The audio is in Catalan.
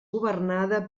governada